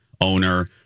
owner